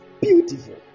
beautiful